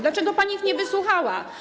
Dlaczego pani ich nie wysłuchała?